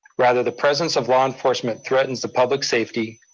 rather, the presence of law enforcement threatens the public safety,